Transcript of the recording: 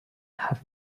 have